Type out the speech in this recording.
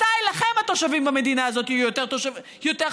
מתי לכם התושבים במדינה הזאת יהיו יותר חשובים?